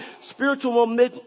Spiritual